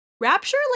Rapture